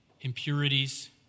Impurities